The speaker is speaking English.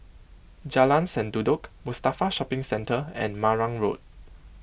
Jalan Sendudok Mustafa Shopping Centre and Marang Road